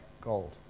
gold